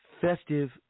Festive